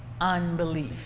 unbelief